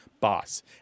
boss